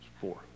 four